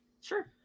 sure